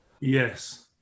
Yes